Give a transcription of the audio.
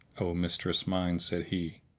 o mistress mine, said he,